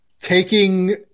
taking